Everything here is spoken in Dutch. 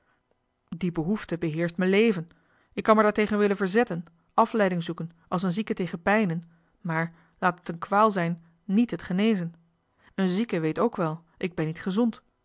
die behoefte beheerscht me leven ik kan me daartegen willen verzetten afleiding zoeken als een zieke tegen pijnen maar laat het een kwaal zijn niet het genezen een zieke weet ook wel ik ben niet gezond